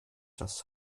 das